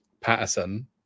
Patterson